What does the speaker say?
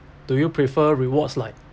do you prefer rewards like